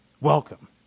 Welcome